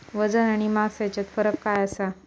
वजन आणि मास हेच्यात फरक काय आसा?